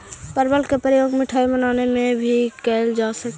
परवल के प्रयोग मिठाई बनावे में भी कैल जा हइ